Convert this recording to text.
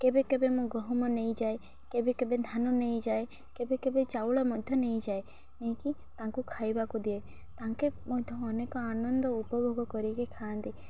କେବେ କେବେ ମୁଁ ଗହମ ନେଇଯାଏ କେବେ କେବେ ଧାନ ନେଇଯାଏ କେବେ କେବେ ଚାଉଳ ମଧ୍ୟ ନେଇଯାଏ ନେଇକି ତାଙ୍କୁ ଖାଇବାକୁ ଦିଏ ତାଙ୍କେ ମଧ୍ୟ ଅନେକ ଆନନ୍ଦ ଉପଭୋଗ କରିକି ଖାଆନ୍ତି